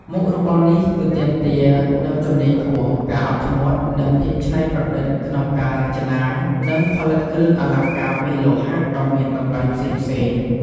មុខរបរនេះ គឺទាមទារនូវ ជំនាញខ្ពស់ ការអត់ធ្មត់ និងភាពច្នៃប្រឌិត ក្នុងការរចនា និងផលិតគ្រឿងអលង្ការពីលោហៈដ៏មានតម្លៃផ្សេងៗ។